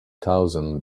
thousand